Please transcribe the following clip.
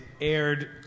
aired